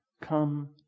Come